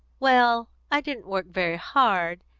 well, i didn't work very hard,